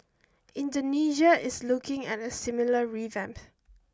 Indonesia is looking at a similar revamp